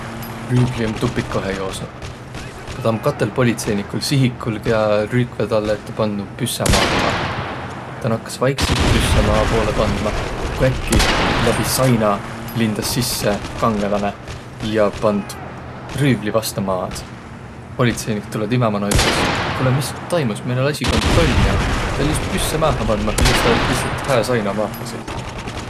Rüüvli om tupikuhe joosnuq. Tä om katõl politseinikul tsihikul, kiä rüükväq tälle, et tä pandnuq püssä maaha. Tä nakkas vaiksõlt püssä maa poolõ pandma, ku äkki läbi saina lindas sisse kangõlanõ ja pand rüüvli vasta maad. Politseinik tulõ timä manoq, ütles: "Kuulõq, mis toimus? Meil oll' asi kontrolli all. Tä oll' just püssä maaha pandmah ja nüüd sa olõt lihtsält hää saina maaha sõitnuq.